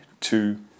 two